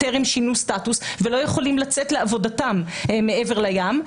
טרם שינו סטטוס ולא יכולים לצאת לעבודתם מעבר לים.